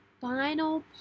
final